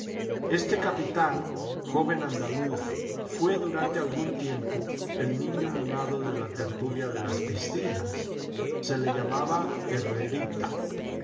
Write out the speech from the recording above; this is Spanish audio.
este capitán joven andaluz fué durante algún tiempo el niño mimado de la tertulia de las piscinas se le llamaba